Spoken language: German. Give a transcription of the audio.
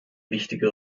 wichtige